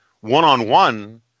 one-on-one